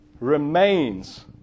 remains